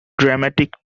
dramatic